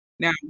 Now